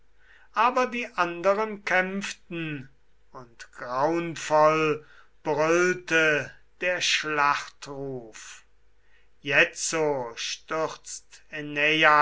aber die anderen kämpften und graunvoll brüllte der schlachtruf jetzo stürzt